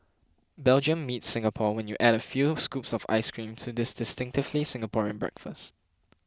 Belgium meets Singapore when you add a few scoops of ice cream to this distinctively Singaporean breakfast